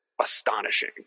astonishing